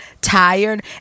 tired